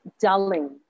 dulling